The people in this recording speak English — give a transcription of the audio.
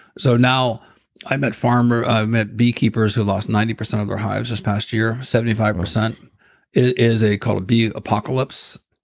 so now i met farmer, i met beekeepers who lost ninety percent of their hives this past year. seventy five percent is called bee apocalypse.